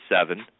seven